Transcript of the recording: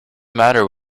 matter